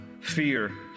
fear